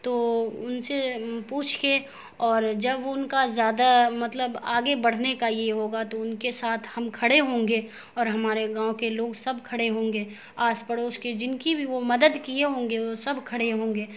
تو ان سے پوچھ کے اور جب ان کا زیادہ مطلب آگے بڑھنے کا یہ ہوگا تو ان کے ساتھ ہم کھڑے ہوں گے اور ہمارے گاؤں کے لوگ سب کھڑے ہوں گے آس پڑوس کے جن کی بھی وہ مدد کیے ہوں گے وہ سب کھڑے ہوں گے